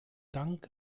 dank